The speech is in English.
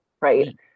right